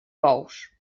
bous